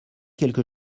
quelque